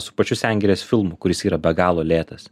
su pačiu sengirės filmu kuris yra be galo lėtas